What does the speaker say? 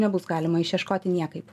nebus galima išieškoti niekaip